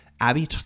Abby